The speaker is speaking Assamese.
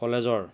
কলেজৰ